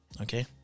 Okay